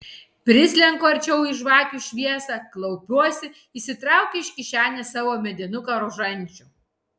prislenku arčiau į žvakių šviesą klaupiuosi išsitraukiu iš kišenės savo medinuką rožančių